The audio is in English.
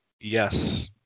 Yes